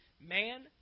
man